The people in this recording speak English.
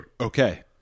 Okay